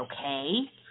okay